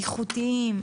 איכותיים,